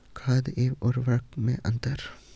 खाद एवं उर्वरक में अंतर?